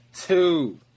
two